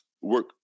work